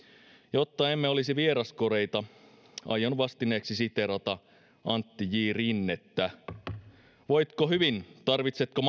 jotta emme olisi vieraskoreita aion vastineeksi siteerata antti j rinnettä voitko hyvin tarvitsetko